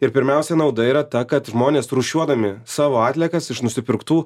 ir pirmiausia nauda yra ta kad žmonės rūšiuodami savo atliekas iš nusipirktų